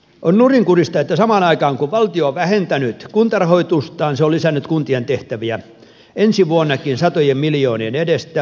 on nurinkurista että samaan aikaan kun valtio on vähentänyt kuntarahoitustaan se on lisännyt kuntien tehtäviä ensi vuonnakin satojen miljoonien edestä